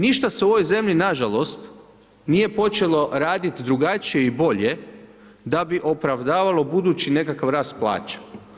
Ništa se u ovoj zemlji, nažalost, nije počelo radit drugačije i bolje da bi opravdavalo budući nekakav rast plaća.